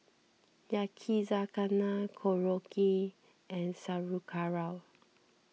Yakizakana Korokke and Sauerkraut